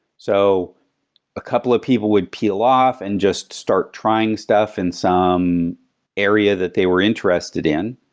so a couple of people would peel off and just start trying stuff in some area that they were interested in.